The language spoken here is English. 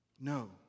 No